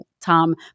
Tom